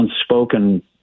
unspoken